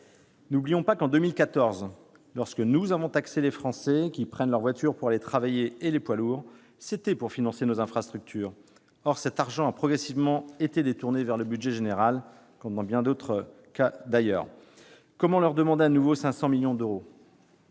N'oublions pas que, en 2014, lorsque nous avons taxé les Français qui prennent leur voiture pour aller travailler et les poids lourds, c'était pour financer nos infrastructures ; or cet argent a progressivement été détourné vers le budget général, comme dans bien d'autres cas, d'ailleurs ! Comment aujourd'hui demander à nouveau 500 millions d'euros